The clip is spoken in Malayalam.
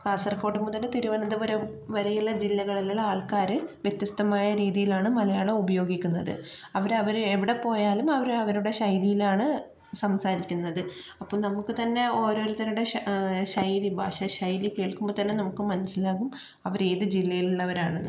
കാസർഗോഡ് മുതല് തിരുവനന്തപുരം വരെ ഉള്ള ജില്ലകളിലുള്ള ആൾക്കാര് വ്യത്യസ്ഥമായ രീതിയിലാണ് മലയാളം ഉപയോഗിക്കുന്നത് അവര് അവരെവിടെ പോയാലും അവര് അവരുടെ ശൈലിയിലാണ് സംസാരിക്കുന്നത് അപ്പം നമുക്ക് തന്നെ ഓരോരുത്തരുടെ ശൈ ശൈലി ഭാഷാ ശൈലി കേൾക്കുമ്പോൾ തന്നെ നമുക്ക് മനസ്സിലാകും അവര് ഏത് ജില്ലയിൽ നിന്നുള്ളവരാണെന്ന്